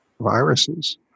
viruses